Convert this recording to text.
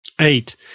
Eight